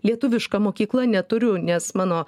lietuviška mokykla neturiu nes mano